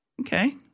okay